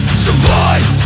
survive